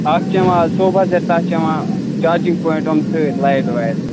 اَکھ چھِ یِوان سوفا سیٚٹ تَتھ چھِ یِوان چارجِنٛگ پوایِنٛٹ یِم سۭتۍ لایِٹ وایِٹ